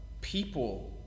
people